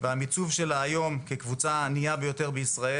והמיצוב שלה היום כקבוצה הענייה ביותר בישראל